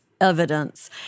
evidence